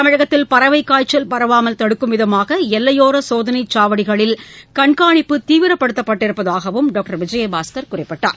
தமிழகத்தில் பறவை காய்ச்சல் பராவல் தடுக்கும் விதமாக எல்லையோர சோதனை சாவடிகளில் கண்காணிப்பு தீவிரப்படுத்தப்பட்டிருப்பதாகவும் அவர் குறிப்பிட்டார்